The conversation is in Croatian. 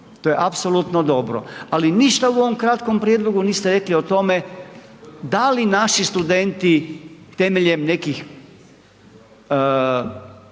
To je apsolutno dobro. Ali ništa u ovom kratkom prijedlogu niste rekli o tome da li naši studenti temeljem nekih